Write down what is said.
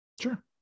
sure